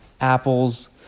Apple's